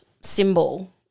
symbol